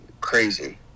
crazy